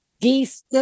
Geese